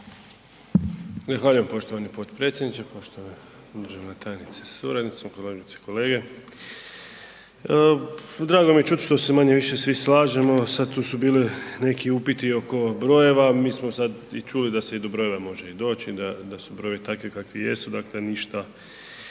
Zahvaljujem poštovani potpredsjedniče. Poštovana državna tajnice sa suradnicom, kolegice i kolege. Drago mi je čuti što se manje-više svi slažemo, sad tu su bili neki upiti oko broje, mi smo sad čuli da se i do brojeva može i doći, da su brojevi takvi kakvi jesu, dakle ništa